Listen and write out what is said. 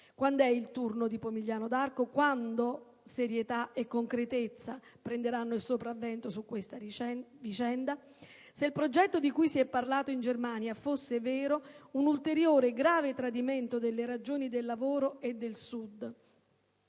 Quand'è il turno di Pomigliano d'Arco? Quando serietà e concretezza prenderanno il sopravvento su questa vicenda? Se il progetto di cui si è parlato in Germania fosse vero, un ulteriore grave tradimento delle ragioni del lavoro e del Sud